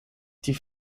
die